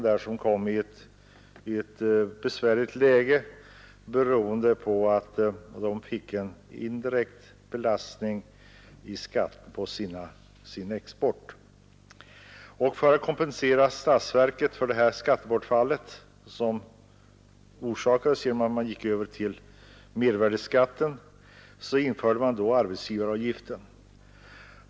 De hade kommit i ett besvärligt läge på grund av att de fått en indirekt belastning i skatt på sin export. För att kompensera statsverket för det skattebortfall som följde genom att man gick över till mervärdeskatten införde man arbetsgivaravgiften.